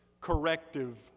corrective